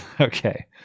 okay